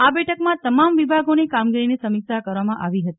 આ બેઠકમાં તમામ વિભાગોની કામગીરીની સમીક્ષા કરવામાં આવી હતી